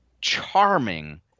charming